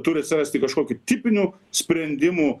turi atsirasti kažkokį tipinių sprendimų